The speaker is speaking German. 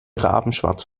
rabenschwarz